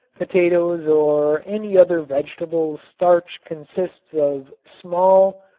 potatoes or any other vegetables starch consists of small,